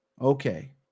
okay